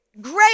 Great